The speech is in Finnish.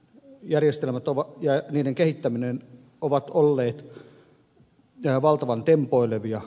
järjestelmät ja niiden kehittäminen ovat olleet valtavan tempoilevia